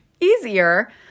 easier